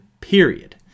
period